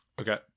Okay